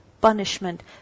punishment